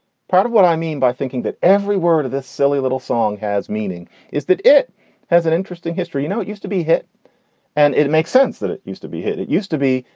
part of what i mean by thinking that every word of this silly little song has meaning is that it has an interesting history. you know, it used to be hit and it it makes sense that it used to be here. it used to be.